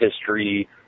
history